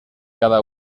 cada